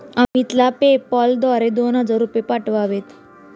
अमितला पेपाल द्वारे दोन हजार पाठवावेत